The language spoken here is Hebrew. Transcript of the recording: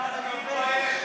תתבייש.